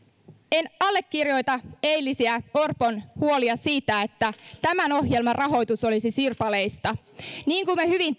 en allekirjoita eilisiä orpon huolia siitä että tämän ohjelman rahoitus olisi sirpaleista niin kuin me hyvin